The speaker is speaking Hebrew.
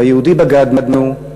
ביהודי בגדנו,